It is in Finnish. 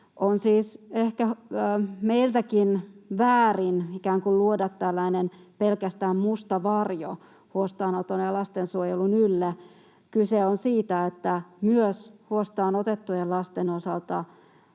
On siis ehkä meiltäkin väärin ikään kuin luoda tällainen pelkästään musta varjo huostaanoton ja lastensuojelun ylle. Kyse on siitä, että myös huostaanotettujen lasten osalta